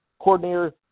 coordinator